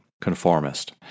conformist